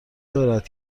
دارد